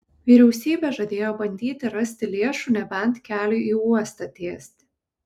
vyriausybė žadėjo bandyti rasti lėšų nebent keliui į uostą tiesti